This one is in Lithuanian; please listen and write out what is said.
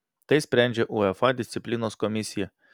tai sprendžia uefa disciplinos komisija